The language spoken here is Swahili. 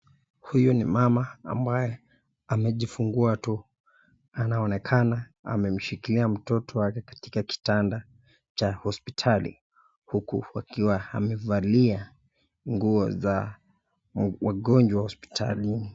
Huyu ni mama ambaye amejifungua tu, anaonekana amemshikilia mtoto wake katika kitanda cha hospitali uku akiwa amevalia nguo za wagonjwa hospitalini.